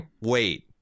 wait